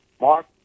Mark